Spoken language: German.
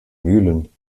mühlen